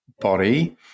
body